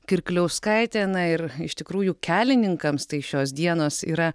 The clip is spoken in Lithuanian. kirkliauskaitė na ir iš tikrųjų kelininkams tai šios dienos yra